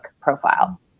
profile